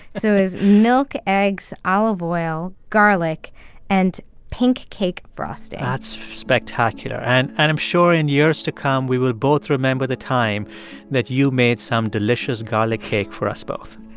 so it was milk, eggs, olive oil, garlic and pink cake frosting that's spectacular. and and i'm sure in years to come, we will both remember the time that you made some delicious garlic cake for us both